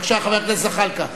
בבקשה, חבר הכנסת זחאלקה.